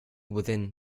within